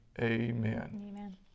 amen